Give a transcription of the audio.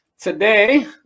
today